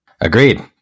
Agreed